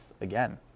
Again